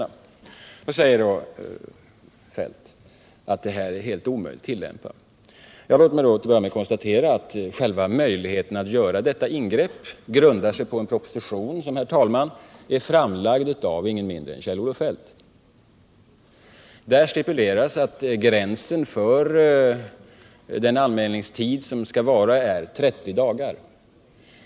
Kjell-Olof Feldt säger då att detta är helt omöjligt att tillämpa. Låt mig till att börja med konstatera att själva möjligheten att göra detta ingrepp grundar sig på en proposition som, herr talman, är framlagd av ingen mindre än Kjell-Olof Feldt. Där stipuleras att gränsen för den anmälningstid som skall vara är 30 dagar.